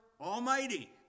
Almighty